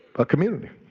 a community.